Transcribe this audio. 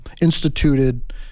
instituted